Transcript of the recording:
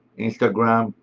instagram,